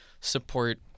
support